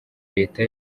leta